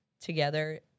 together